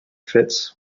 fits